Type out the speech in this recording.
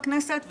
בכנסת,